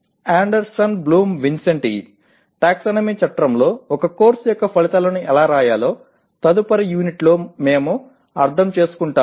Anderson Bloom విన్సెంటి taxonomy చట్రంలో ఒక కోర్సు యొక్క ఫలితాలను ఎలా వ్రాయాలో తదుపరి యూనిట్లో మేము అర్థం చేసుకుంటాము